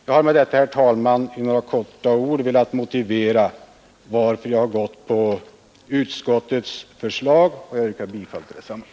Jag har med detta, herr talman, i korthet velat motivera varför jag har stött utskottets förslag. Jag yrkar bifall till detsamma.